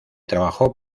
trabajó